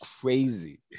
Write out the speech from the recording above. crazy